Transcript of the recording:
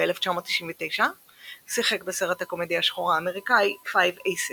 ב-1999 שיחק בסרט הקומדייה השחורה האמריקאי "Five Aces".